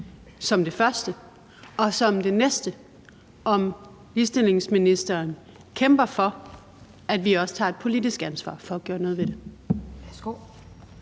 er det første. Det næste er, om ligestillingsministeren kæmper for, at vi også tager et politisk ansvar for at få gjort noget ved det.